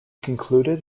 concluded